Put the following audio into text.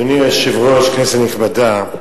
אדוני היושב-ראש, כנסת נכבדה,